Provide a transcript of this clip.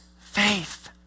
faith